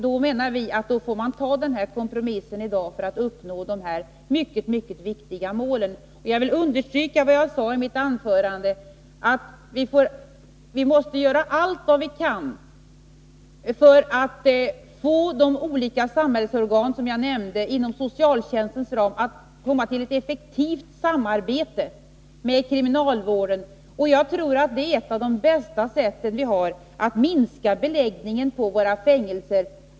Vi menar att man i dag för att nå dessa mycket viktiga mål måste acceptera kompromissen. Men jag vill understryka att vi måste göra allt vad vi kan för att få de olika samhällsorgan som jag nämnde i mitt anförande att inom socialtjänstens ram komma fram till ett effektivt samarbete med kriminalvården. Att minska narkotikaberoendet tror jag är ett av de bästa sätt som vi har att sänka beläggningen på våra fängelser.